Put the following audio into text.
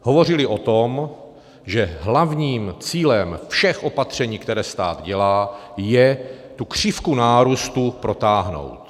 Hovořili o tom, že hlavním cílem všech opatření, která stát dělá, je tu křivku nárůstu protáhnout.